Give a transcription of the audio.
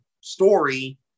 story